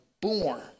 born